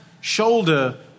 shoulder